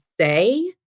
say